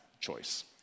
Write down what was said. choice